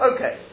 Okay